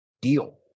deal